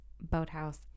Boathouse